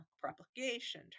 propagation